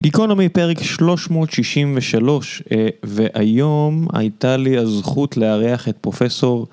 גיקונומי פרק 363 והיום הייתה לי הזכות לארח את פרופסור